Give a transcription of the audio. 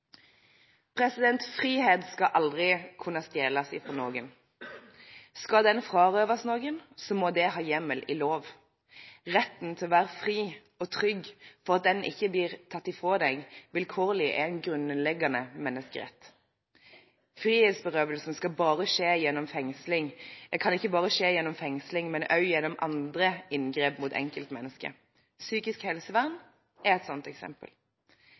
Frihet skal aldri kunne stjeles fra noen. Skal den frarøves noen, må det ha hjemmel i lov. Retten til å være fri og trygg på at den ikke blir tatt fra deg vilkårlig er en grunnleggende menneskerett. Frihetsberøvelsen kan ikke bare skje gjennom fengsling, men også gjennom andre inngrep mot enkeltmennesket. Psykisk helsevern er et sånt eksempel.